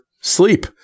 sleep